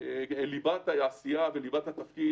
ליבת העשייה וליבת התפקיד,